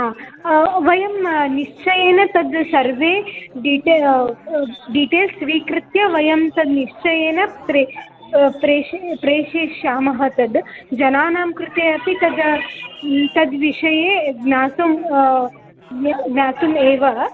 हा वयं निश्चयेन तद् सर्वे डिटे डिटेल्स् स्वीकृत्य वयं तद् निश्चयेन प्रे प्रेष प्रेषयिष्यामः तद् जनानां कृते अपि तद् तद्विषये ज्ञातुं ज्ञातुम् एव